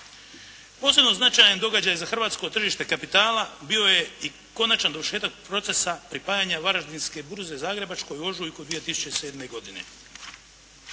Posebno značajan događaj za hrvatsko tržište kapitala bio je i konačan dovršetak procesa pripajanja Varaždinske burze Zagrebačkoj u ožujku 2007. godine.